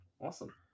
awesome